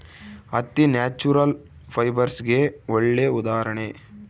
ಹತ್ತಿ ನ್ಯಾಚುರಲ್ ಫೈಬರ್ಸ್ಗೆಗೆ ಒಳ್ಳೆ ಉದಾಹರಣೆ